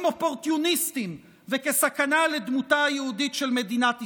אופורטוניסטים וכסכנה לדמותה היהודית של מדינת ישראל,